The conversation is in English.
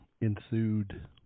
ensued